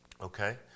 Okay